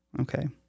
Okay